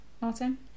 Martin